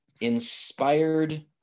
inspired